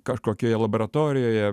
kažkokioje laboratorijoje